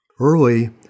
Early